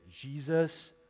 Jesus